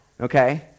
okay